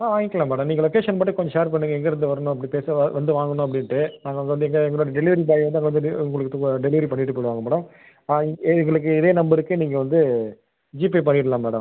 ஆ வாங்கிக்கலாம் மேடம் நீங்கள் லொக்கேஷன் மட்டும் கொஞ்சம் ஷேர் பண்ணுங்கள் எங்கேருந்து வரணும் அப்படி வந்து வாங்கணும் அப்படின்ட்டு நாங்கள் வந்து நீங்கள் எங்களோடய டெலிவரி பாய் வந்து அங்கே வந்துட்டு உங்களுக்கு துவ டெலிவரி பண்ணிவிட்டு போயிடுவாங்க மேடம் எங் எங்களுக்கு இதே நம்பருக்கு நீங்கள் வந்து ஜிபே பண்ணிடலாம் மேடம்